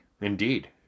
Indeed